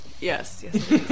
Yes